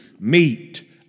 meet